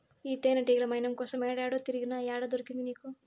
ఈ తేనెతీగల మైనం కోసం ఏడేడో తిరిగినా, ఏడ దొరికింది నీకు